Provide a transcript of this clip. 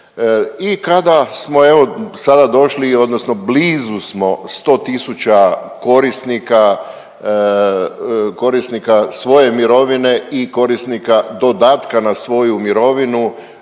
i kada smo evo sada došli odnosno blizu smo 100 tisuća korisnika, korisnika svoje mirovine i korisnika dodatka na svoju mirovinu